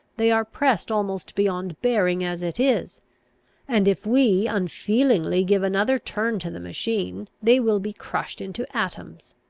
they are pressed almost beyond bearing as it is and, if we unfeelingly give another turn to the machine, they will be crushed into atoms.